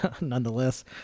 nonetheless